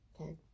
okay